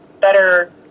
better